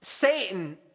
Satan